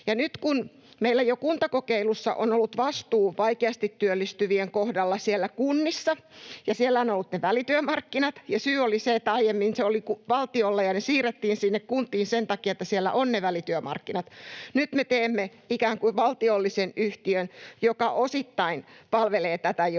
Nyt kun meillä jo kuntakokeilussa on ollut vaikeasti työllistyvien kohdalla vastuu siellä kunnissa ja siellä ovat olleet ne välityömarkkinat — aiemmin se oli valtiolla, ja ne siirrettiin sinne kuntiin sen takia, että siellä ovat ne välityömarkkinat — ja kun me nyt teemme ikään kuin valtiollisen yhtiön, joka osittain palvelee tätä joukkoa,